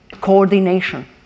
coordination